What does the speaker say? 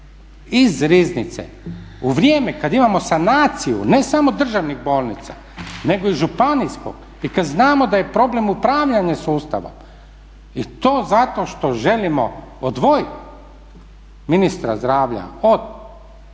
iz riznice u vrijeme kada imamo sanaciju, ne samo državnih bolnica nego i županijskog i kada znamo da je problem upravljanja sustavom i to zato što želimo odvojiti ministra zdravlja od ja bih